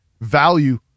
value